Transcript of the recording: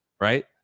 right